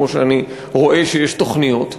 כמו שאני רואה שיש תוכניות,